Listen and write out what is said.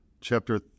chapter